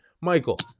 Michael